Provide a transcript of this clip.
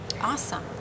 Awesome